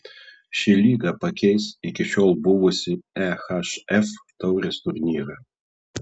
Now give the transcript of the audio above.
ši lyga pakeis iki šiol buvusį ehf taurės turnyrą